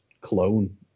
clone